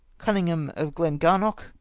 cunningham of glengarnock.